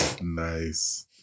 Nice